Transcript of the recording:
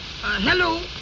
Hello